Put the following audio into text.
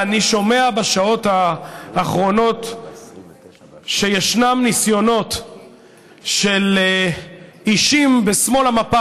אני שומע בשעות האחרונות שישנם ניסיונות של אישים בשמאל המפה